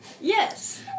Yes